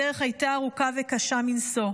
הדרך הייתה ארוכה וקשה מנשוא.